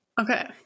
Okay